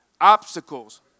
obstacles